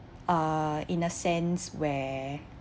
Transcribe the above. uh in a sense where